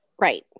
Right